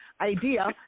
idea